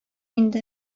инде